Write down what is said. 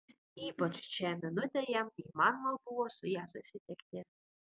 ypač šią minutę jam neįmanoma buvo su ja susitikti